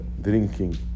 drinking